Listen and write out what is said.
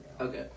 Okay